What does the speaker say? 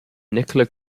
nicola